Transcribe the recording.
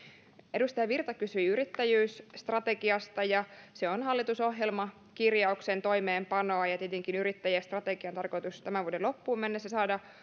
edustaja virta kysyi yrittäjyysstrategiasta se on hallitusohjelmakirjauksen toimeenpanoa ja tietenkin yrittäjästrategia on tarkoitus tämän vuoden loppuun mennessä saada